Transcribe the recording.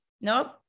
Nope